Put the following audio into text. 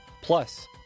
plus